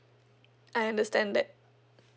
I understand that